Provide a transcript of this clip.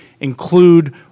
Include